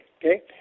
okay